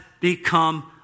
become